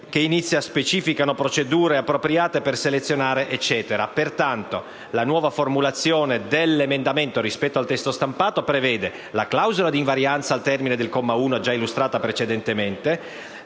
l'espressione «specificano procedure appropriate per selezionare». Ricapitolando, la nuova formulazione dell'emendamento rispetto al testo stampato prevede la clausola di invarianza al termine del comma 1, già precedentemente